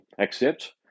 accept